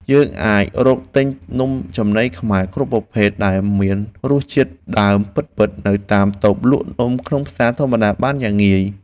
យើងអាចរកទិញនំចំណីខ្មែរគ្រប់ប្រភេទដែលមានរសជាតិដើមពិតៗនៅតាមតូបលក់នំក្នុងផ្សារធម្មតាបានយ៉ាងងាយ។